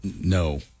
no